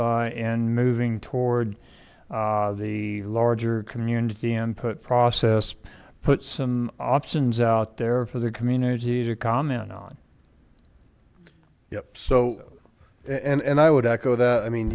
staff and moving toward the larger community input process put some options out there for the community to comment on yep so and and i would echo that i mean